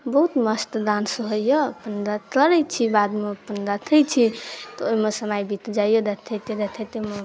बहुत मस्त डान्स होइ यऽ अपन करै छी बादमे अपन देखै छी तऽ ओइमे समय बीत जाइए देखैते देखैतेमे